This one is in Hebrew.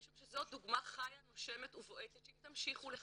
משום שזו דוגמה חיה נושמת ובועטת שאם תמשיכו לחכות,